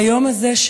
ביום הזה,